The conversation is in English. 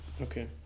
Okay